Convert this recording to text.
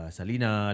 Salina